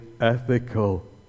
ethical